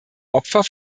opfer